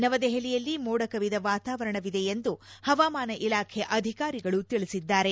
ನವದೆಹಲಿಯಲ್ಲಿ ಮೋಡ ಕವಿದ ವಾತಾವರಣವಿದೆ ಎಂದು ಹವಾಮಾನ ಇಲಾಖೆ ಅಧಿಕಾರಿಗಳು ತಿಳಿಸಿದ್ದಾರೆ